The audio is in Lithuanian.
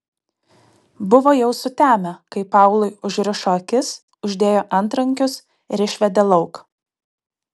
buvo jau sutemę kai paului užrišo akis uždėjo antrankius ir išvedė lauk